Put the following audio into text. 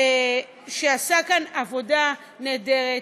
שעשה כאן עבודה נהדרת.